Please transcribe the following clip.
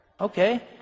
Okay